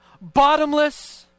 bottomless